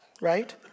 right